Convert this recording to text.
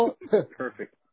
Perfect